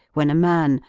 when a man,